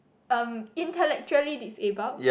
um intellectually disabled